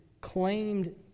claimed